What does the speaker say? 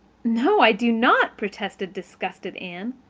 no, i do not, protested disgusted anne.